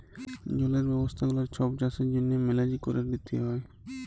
জলের ব্যবস্থা গুলা ছব চাষের জ্যনহে মেলেজ ক্যরে লিতে হ্যয়